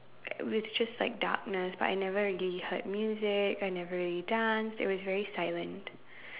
it was just like darkness but I never really heard music I never really danced it was very silent